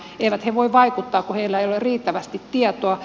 eivät he voi vaikuttaa kun heillä ei ole riittävästi tietoa